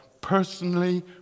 personally